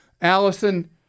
Allison